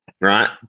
Right